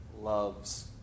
loves